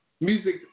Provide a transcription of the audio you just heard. music